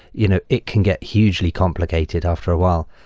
you know it can get hugely complicated after a while.